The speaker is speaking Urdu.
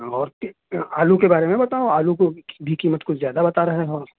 اور آلو کے بارے میں بتاؤ آلو کو بھی قیمت کچھ زیادہ بتا رہے ہو